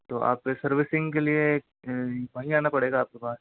तो आपके सर्विसिंग के लिए वहीं आना पड़ेगा आपके पास